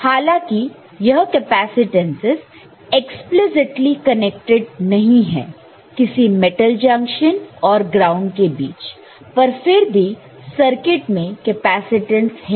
हालांकि यह capacitances explicitly connected नहीं है किसी मेटल जंक्शन और ग्राउंड के बीच पर फिर भी सर्किट में कैपेसिटेंस है